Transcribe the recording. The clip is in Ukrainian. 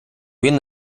він